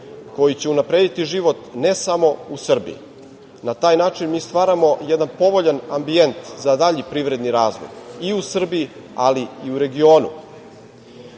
koji će unaprediti život ne samo u Srbiji. Na taj način mi stvaramo jedan povoljan ambijent za dalji privredni razvoj i u Srbiji, ali i u regionu. Mi